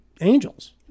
angels